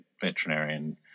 veterinarian